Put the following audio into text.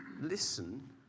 listen